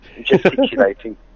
gesticulating